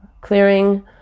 clearing